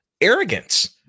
arrogance